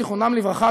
זיכרונם לברכה,